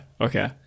okay